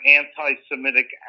anti-Semitic